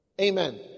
Amen